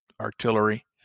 artillery